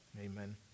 Amen